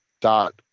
dot